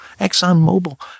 ExxonMobil